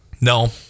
No